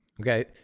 Okay